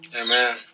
Amen